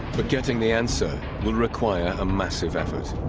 but getting the answer will require a massive effort